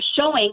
showing